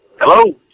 Hello